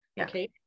okay